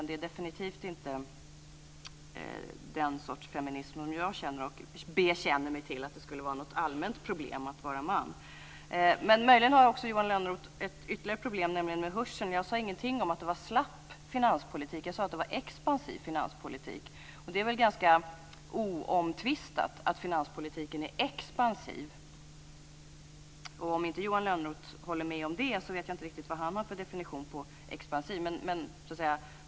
Det är definitivt inte den sortens feminism som jag bekänner mig till. Det är inget allmänt problem att vara man. Möjligen har Johan Lönnroth också ett annat problem, nämligen med hörseln. Jag sade ingenting om att finanspolitiken var slapp utan att den var expansiv. Det är ganska oomtvistat att den är det. Om inte Johan Lönnroth håller med om det, så vet jag inte vad han har för definition på expansiv.